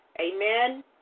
Amen